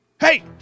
Hey